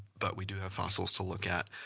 but we do have fossils to look at.